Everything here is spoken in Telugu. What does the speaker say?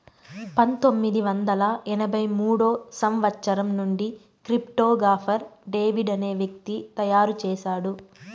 పంతొమ్మిది వందల ఎనభై మూడో సంవచ్చరం నుండి క్రిప్టో గాఫర్ డేవిడ్ అనే వ్యక్తి తయారు చేసాడు